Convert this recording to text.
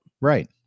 Right